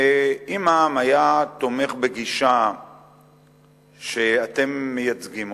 ואם העם היה תומך בגישה שאתם מייצגים,